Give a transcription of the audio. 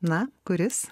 na kuris